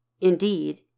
Indeed